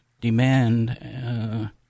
demand